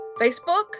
Facebook